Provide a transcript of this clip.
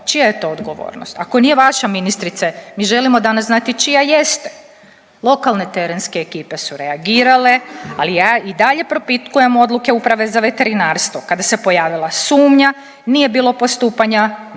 Čija je to odgovornost? Ako nije vaša ministrice, mi želimo danas znati čija jeste. Lokalne terenske ekipe su reagirale, ali ja i dalje propitkujem odluke Uprave za veterinarstvo kada se pojavila sumnja nije bilo postupanja na